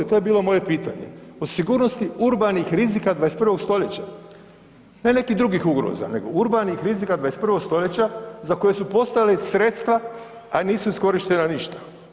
To je bilo moje pitanje, o sigurnosti urbanih rizika 21. stoljeća, ne nekih drugih ugroza, nego urbanih rizika 21. stoljeća za koja su postojala i sredstva a nisu iskorištena ništa.